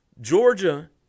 Georgia